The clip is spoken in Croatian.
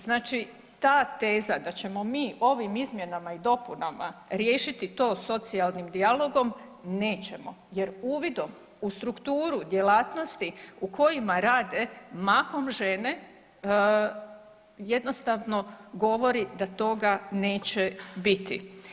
Znači ta teza da ćemo mi ovim izmjenama i dopunama riješiti to socijalnim dijalogom, nećemo jer uvidom u strukturu djelatnosti u kojima rade mahom žene jednostavno govori da toga neće biti.